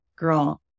girl